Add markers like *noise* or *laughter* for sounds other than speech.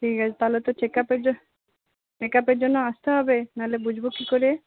ঠিক আছে তাহলে তো চেকআপের *unintelligible* চেকআপের জন্য আসতে হবে না হলে বুঝব কী করে